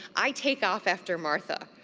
i take off after martha,